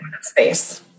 space